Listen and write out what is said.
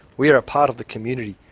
we are a part of the community.